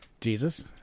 Jesus